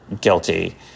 guilty